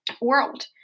world